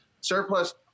surplus